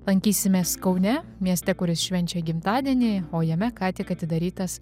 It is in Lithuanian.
lankysimės kaune mieste kuris švenčia gimtadienį o jame ką tik atidarytas